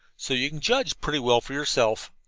so you can judge pretty well for yourself.